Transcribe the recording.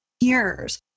years